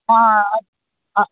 ആഹ് അ